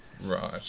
right